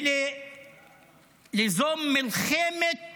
וליזום מלחמת